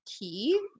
key